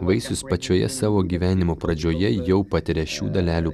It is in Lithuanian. vaisius pačioje savo gyvenimo pradžioje jau patiria šių dalelių